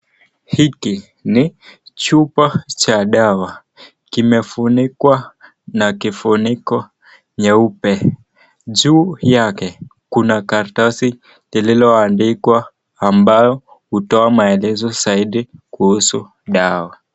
Hiki ni chupa cha dawa, kimefunikwa na kifuniko jeupe juu yake. Kuna karatasi lililo andikwa amabayo hutoa maelezo zaidi kuhusu dawa.